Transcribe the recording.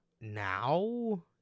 now